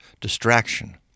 distraction